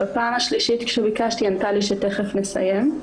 בפעם השלישית כשביקשתי היא ענתה לי שתיכף נסיים.